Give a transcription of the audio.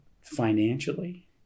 financially